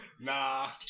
Nah